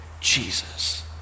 Jesus